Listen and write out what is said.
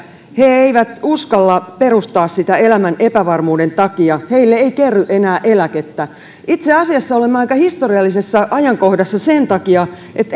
he eivät uskalla perustaa sitä elämän epävarmuuden takia heille ei kerry enää eläkettä itse asiassa olemme aika historiallisessa ajankohdassa sen takia että